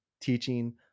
teaching